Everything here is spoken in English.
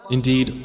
Indeed